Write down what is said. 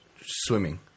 swimming